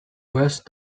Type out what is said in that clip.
west